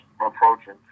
approaching